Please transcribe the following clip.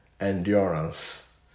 endurance